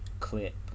clip